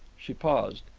she paused.